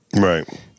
Right